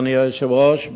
אדוני היושב-ראש,